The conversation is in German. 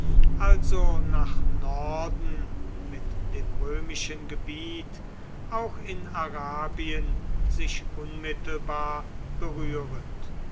also nach norden mit dem römischen gebiet auch in arabien sich unmittelbar berührend